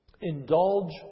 indulge